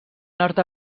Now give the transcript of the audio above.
nord